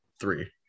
three